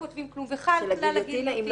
אם לא כותבים כלום, וחל כלל הגיליוטינה.